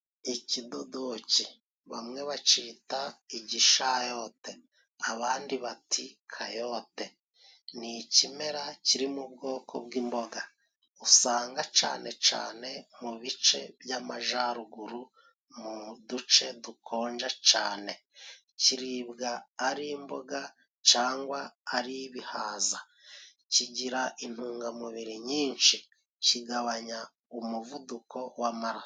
ikidodoki bamwe bacita igishayote abandi bati kayote, ni ikimera kiri mu bwoko bw'imboga usanga cane cane mu bice by'amajaruguru mu duce dukonja cane, kiribwa ari imboga cangwa ari ibihaza, kigira intungamubiri nyinshi, kigabanya umuvuduko w'amaraso.